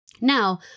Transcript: Now